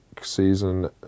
season